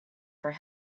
for